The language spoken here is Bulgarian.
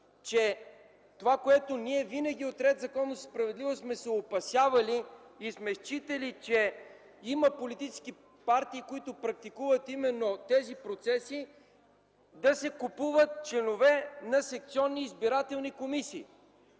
че това, което винаги от „Ред, законност и справедливост” сме се опасявали и считали, че има политически партии, практикуващи именно тези процеси – да се купуват членове на секционни избирателни комисии.